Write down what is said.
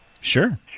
Sure